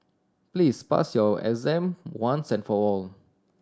please pass your exam once and for all